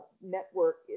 network